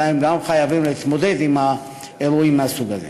אלא הם גם חייבים להתמודד עם אירועים מהסוג הזה.